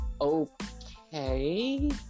okay